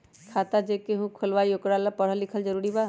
खाता जे केहु खुलवाई ओकरा परल लिखल जरूरी वा?